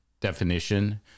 definition